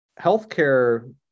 healthcare